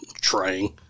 trying